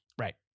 Right